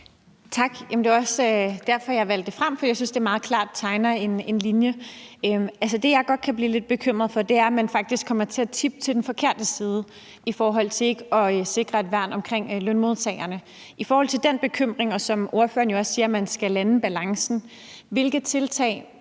Tak. Det var også derfor, jeg valgte det ud. For jeg synes, at det meget klart tegner en linje. Altså, det, jeg godt kan blive lidt bekymret for, er, at man faktisk kommer til at tippe til den forkerte side i forhold til ikke at sikre et værn omkring lønmodtagerne. I forhold til den bekymring og det, som ordføreren også siger, nemlig at man skal lande balancen, vil jeg